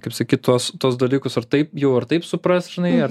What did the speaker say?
kaip sakyt tuos tuos dalykus ar taip jau ir taip supras žinai ar